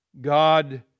God